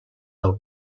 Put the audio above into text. del